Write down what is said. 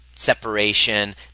separation